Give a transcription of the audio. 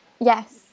yes